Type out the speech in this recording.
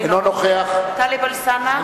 אינו נוכח טלב אלסאנע,